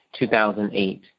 2008